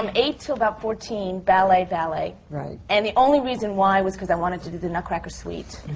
um eight till about fourteen, ballet, ballet. right. and the only reason why was because i wanted to do the nutcracker suite,